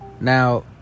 now